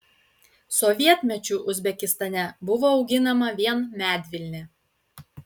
sovietmečiu uzbekistane buvo auginama vien medvilnė